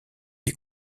est